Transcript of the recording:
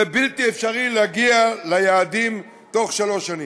בלתי אפשרי להגיע ליעדים תוך שלוש שנים.